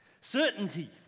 Certainty